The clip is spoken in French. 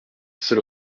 seul